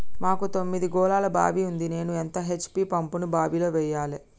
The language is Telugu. మాకు తొమ్మిది గోళాల బావి ఉంది నేను ఎంత హెచ్.పి పంపును బావిలో వెయ్యాలే?